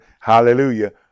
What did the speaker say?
hallelujah